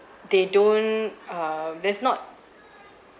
they don't err there's not